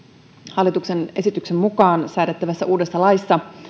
hallituksen esityksen mukaan säädettävässä uudessa laissa